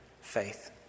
faith